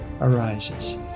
arises